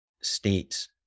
states